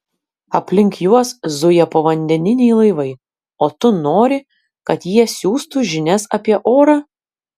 aplink juos zuja povandeniniai laivai o tu nori kad jie siųstų žinias apie orą